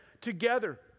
together